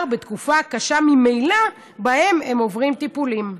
בתקופה קשה ממילא שבה הם עוברים טיפולים.